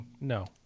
no